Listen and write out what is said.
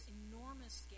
enormous